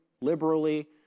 liberally